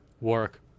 Work